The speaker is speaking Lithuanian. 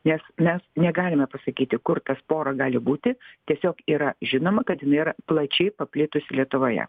nes mes negalime pasakyti kur ta spora gali būti tiesiog yra žinoma kad jinai yra plačiai paplitusi lietuvoje